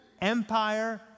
empire